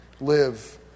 live